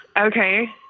Okay